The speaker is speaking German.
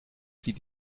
sie